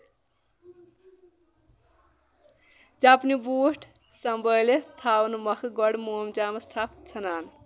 چپنہِ بوٗٹھ سَمبٲلِتھ تھاونہٕ مۄکھٕ گۄڈٕ مومجامَس تھپھ ژھٕنان